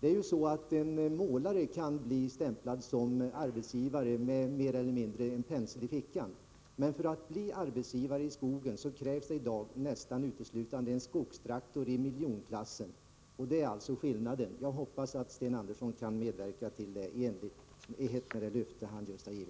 tycker jag. En målare kan bli stämplad som arbetsgivare mer eller mindre med en pensel i fickan. Men för att bli arbetsgivare i skogen krävs det i dag nästan utan undantag en skogstraktor i miljonklassen. Det är skillnad. Jag hoppas att Sten Andersson kan medverka till ett snabbt resultat i enlighet med det löfte han just har avgivit.